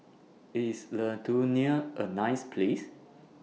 IS Lithuania A nice Place